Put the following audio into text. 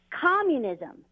communism